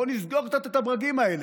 בואו נסגור קצת את הברגים האלה.